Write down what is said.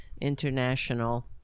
international